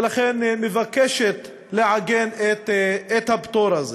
ולכן היא מבקשת לעגן את הפטור הזה.